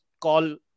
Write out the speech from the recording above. call